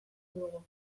dugu